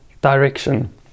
direction